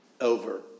Over